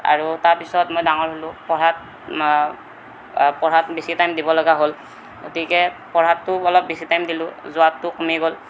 আৰু তাৰপিছত মই ডাঙৰ হ'লো পঢ়াত পঢ়াত বেছি টাইম দিবলগা হ'ল গতিকে পঢ়াটোত অলপ বেছি টাইম দিলো যোৱাটো কমি গ'ল